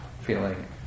feeling